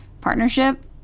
partnership